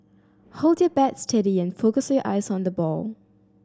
hold your bat steady and focus your eyes on the ball